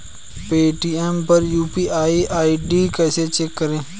Paytm पर UPI ID कैसे check करें?